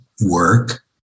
work